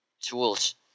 tools